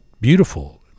beautiful